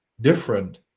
different